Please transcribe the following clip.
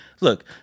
look